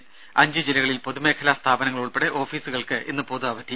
ത അഞ്ചു ജില്ലകളിൽ പൊതു മേഖലാ സ്ഥാപനങ്ങൾ ഉൾപ്പെടെ ഓഫീസുകൾക്ക് ഇന്ന് പൊതുഅവധി